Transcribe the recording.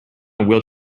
wheel